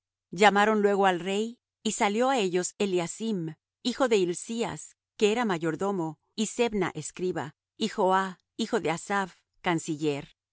llamaron luego al rey y salió á ellos eliacim hijo de hilcías que era mayordomo y sebna escriba y joah hijo de asaph canciller